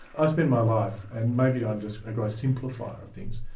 i spend my life and maybe i'm just a gross simplifier of things,